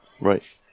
Right